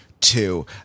Two